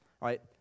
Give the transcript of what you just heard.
right